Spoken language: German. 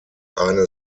eine